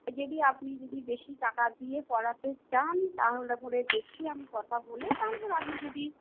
যদি আপনি যদি বেশি টাকা দিয়ে করাতে চান তাহলে পরে দেখছি আমি কথা বলে তাহলে পরে আপনি যদি